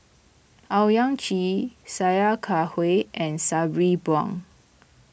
Owyang Chi Sia Kah Hui and Sabri Buang